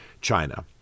China